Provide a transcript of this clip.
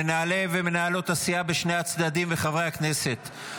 מנהלי ומנהלות הסיעה בשני הצדדים וחברי הכנסת,